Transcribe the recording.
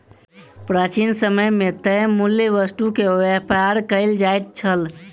प्राचीन समय मे तय मूल्यक वस्तु के व्यापार कयल जाइत छल